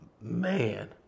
Man